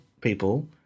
people